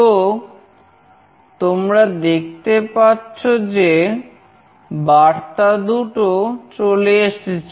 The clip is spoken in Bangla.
তো তোমরা দেখতে পাচ্ছ যে বার্তা দুটো চলে এসেছে